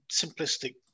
simplistic